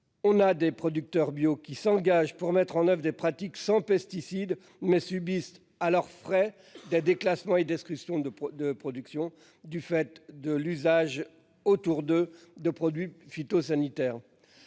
On a des producteurs bio qui s'engage pour mettre en oeuvre des pratiques sans pesticides mais subissent à leur frais de déclassement et destruction de de production du fait de l'usage autour de de produits phytosanitaires.